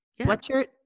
sweatshirt